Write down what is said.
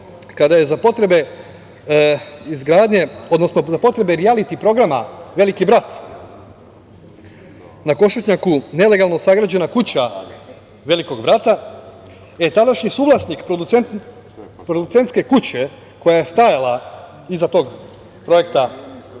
odnosno za potrebe rijaliti programa „Veliki brat“ na Košutnjaku nelegalno sagrađena kuća „Velikog brata“. Tadašnji suvlasnik producentske kuće koja je stajala iza tog projekta